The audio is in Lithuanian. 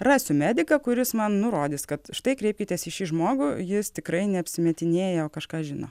rasiu mediką kuris man nurodys kad štai kreipkitės į šį žmogų jis tikrai neapsimetinėja o kažką žino